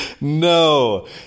No